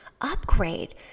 upgrade